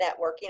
networking